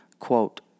quote